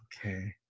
Okay